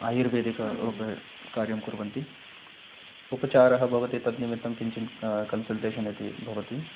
आयुर्वेदिकस्य उपरि कार्यं कुर्वन्ति उपचारः भवति तद्निमित्तं किञ्चित् के कन्सल्टेशन् इति भवति